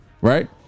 right